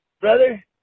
brother